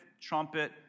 trumpet